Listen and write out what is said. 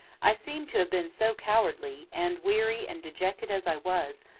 i seemed to have been so cowardly, and, weary and dejected as i was,